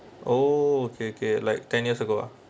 oh okay okay like ten years ago ah